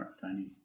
tiny